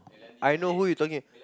I know who you talking